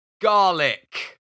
Garlic